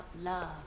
love